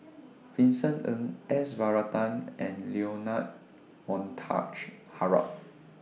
Vincent Ng S Varathan and Leonard Montague Harrod